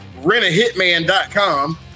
rentahitman.com